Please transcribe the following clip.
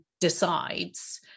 decides